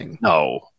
no